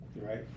right